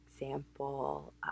example